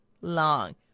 long